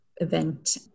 event